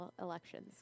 elections